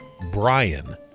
Brian